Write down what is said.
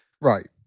Right